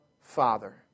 Father